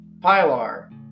pilar